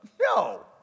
No